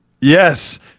Yes